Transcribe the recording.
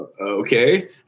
okay